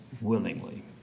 willingly